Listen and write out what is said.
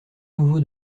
nouveau